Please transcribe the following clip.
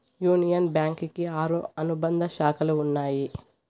union Bank కి ఆరు అనుబంధ శాఖలు ఉన్నాయి